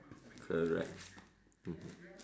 correct mmhmm